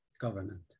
government